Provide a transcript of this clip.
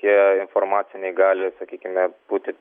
tie informaciniai gali sakykime būti